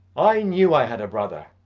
i knew i had a brother!